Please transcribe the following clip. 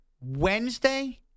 Wednesday